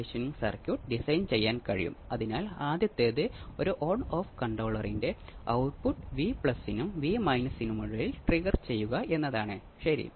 oscillator phase 0 ഡിഗ്രിയോ മുന്നൂറ്റി അറുപതു ഡിഗ്രിയോ ആയിരിക്കണം